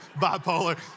bipolar